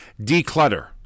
Declutter